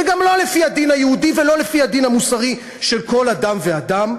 וגם לא לפי הדין היהודי ולא לפי הדין המוסרי של כל אדם ואדם,